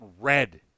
red